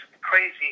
crazy